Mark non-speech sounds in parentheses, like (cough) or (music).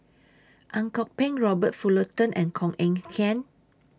Ang Kok Peng Robert Fullerton and Koh Eng (noise) Kian